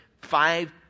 five